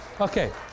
Okay